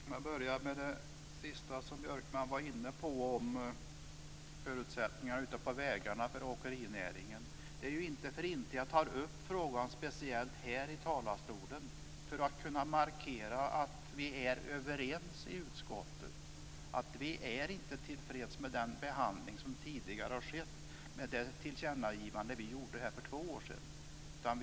Fru talman! Jag börjar med det sista som Lars Björkman var inne på om förutsättningarna ute på vägarna för åkerinäringen. Det är ju inte för inte som jag tar upp frågan här. Det är för att markera att vi är överens i utskottet om att vi inte är tillfreds med den tidigare behandlingen av det tillkännagivande som vi gjorde för två år sedan.